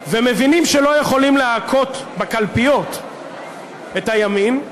ומבינים שלא יכולים להכות בקלפיות את הימין,